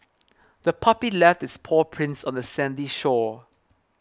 the puppy left its paw prints on the sandy shore